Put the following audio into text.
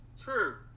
true